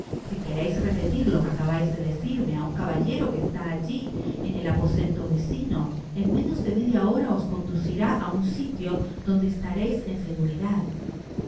si quereis repetir lo que acabais de decirrae á un caballero que está alli on el aposento vecino en menos de media hora os conducirá á un sitio donde estareis en seguridad